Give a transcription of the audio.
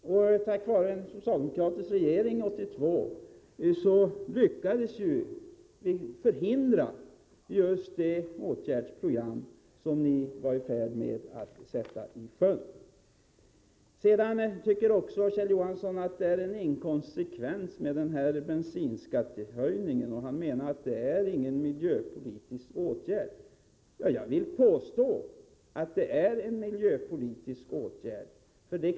Och tack vare den socialdemokratiska regering som kom 1982 lyckades vi förhindra just det åtgärdsprogram som ni var i färd med att sätta i sjön. Kjell Johansson tycker att bensinskattehöjningen är inkonsekvent och menar att det inte är en miljöpolitisk åtgärd. Jag vill påstå att det är en miljöpolitisk åtgärd.